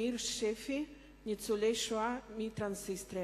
מאיר שפי, ניצולי השואה מטרנסניסטריה.